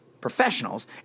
professionals